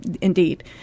Indeed